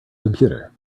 computer